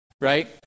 right